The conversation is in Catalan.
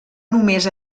només